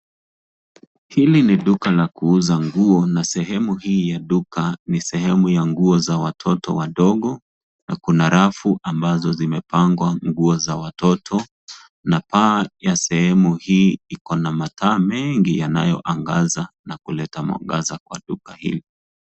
Hili ni duka la kuuza nguo na sehemu ii ya duka ni sehemu ya nguo za watoto na kuna rafu ambazo zimepangwa nguo za watoto. Na paa ya sehemu ii ikona mataa mengi yanayoangaza na kuleta mwangaza kwa duka hili.